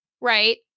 right